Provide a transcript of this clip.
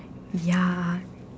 ya